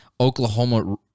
Oklahoma